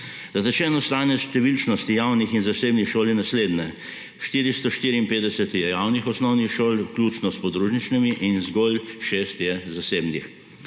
Zatečeno stanje številčnosti javnih in zasebnih šol je naslednje: 454 je javnih osnovnih šol, vključno s podružničnimi, in zgolj 6 je zasebnih.